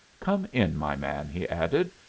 come in, my man, he added,